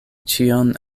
ĉion